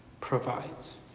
provides